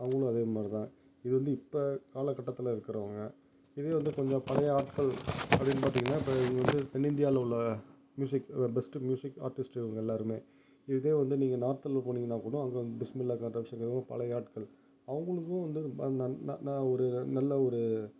அவங்களும் அதேமாதிரி தான் இது வந்து இப்போ காலகட்டத்தில் இருக்குறவங்க இதுவே வந்து கொஞ்சம் பழைய ஆட்கள் அப்படினு பார்த்திங்கன்னா இப்போ இது தென் இந்தியாவில உள்ள மியூசிக் பெஸ்ட்டு மியூசிக் ஆர்டிஸ்ட் இவங்க எல்லாருமே இதே வந்து நீங்கள் நார்த்ல போனிங்கனா கூடம் அங்கே பிஸ்மில்லா பாட்டு வச்சிருக்கவங்க பழைய ஆட்கள் அவங்களுக்கும் வந்து ந ந நான் ஒரு நல்ல ஒரு